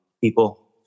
people